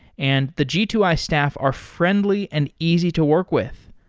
and the g two i staff are friendly and easy to work with.